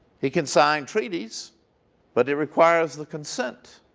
he can sign treaties but it requires the consent